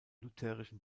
lutherischen